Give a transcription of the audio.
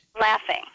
Laughing